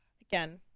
Again